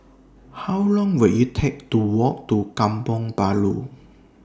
How Long Will IT Take to Walk to Kampong Bahru